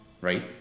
right